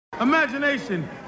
imagination